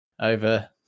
over